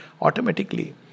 automatically